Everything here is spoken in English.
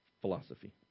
philosophy